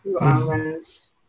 Almonds